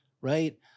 right